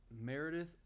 Meredith